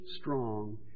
strong